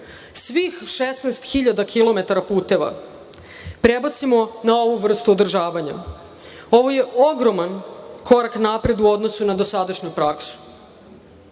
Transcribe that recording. svih 16.000 km puteva prebacimo na ovu vrstu održavanja. Ovo je ogroman korak napred u odnosu na dosadašnju